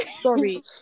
sorry